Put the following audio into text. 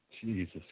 Jesus